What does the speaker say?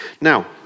Now